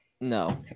No